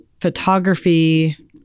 photography